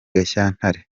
gashyantare